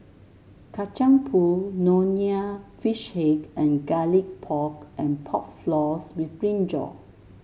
Kacang Pool Nonya Fish Head and Garlic Pork and Pork Floss with brinjal